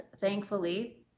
thankfully